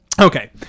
Okay